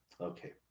Okay